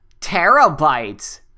terabytes